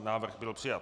Návrh byl přijat.